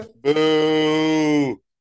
Boo